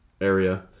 area